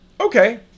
okay